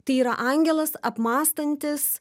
tai yra angelas apmąstantis